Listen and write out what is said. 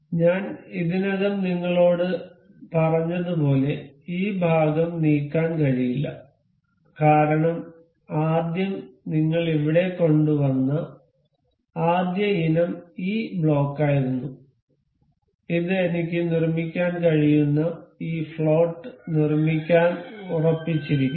ഞാൻ ഇതിനകം നിങ്ങളോട് പറഞ്ഞതുപോലെ ഈ ഭാഗം നീക്കാൻ കഴിയില്ല കാരണം ആദ്യം നിങ്ങൾ ഇവിടെ കൊണ്ടുവന്ന ആദ്യ ഇനം ഈ ബ്ലോക്കായിരുന്നു ഇത് എനിക്ക് നിർമ്മിക്കാൻ കഴിയുന്ന ഈ ഫ്ലോട്ട് നിർമ്മിക്കാൻ ഉറപ്പിച്ചിരിക്കുന്നു